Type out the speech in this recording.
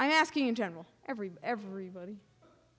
i asking in general every everybody